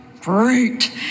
great